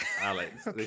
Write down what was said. Alex